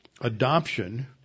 adoption